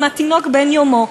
תינוק בן יומו.